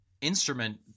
instrument